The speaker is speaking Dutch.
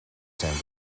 zijn